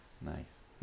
Nice